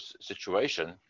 situation